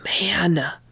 man